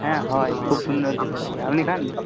হ্যাঁ হয় খুব সুন্দর খেতে লাগে আপনি খান